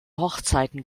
hochzeiten